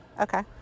Okay